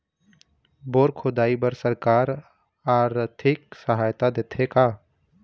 Bore खोदाई बर सरकार आरथिक सहायता देथे का?